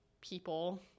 people